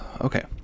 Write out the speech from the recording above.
okay